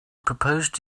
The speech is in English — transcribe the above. proposed